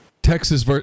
Texas